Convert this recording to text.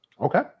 Okay